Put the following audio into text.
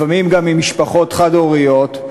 לפעמים גם ממשפחות חד-הוריות,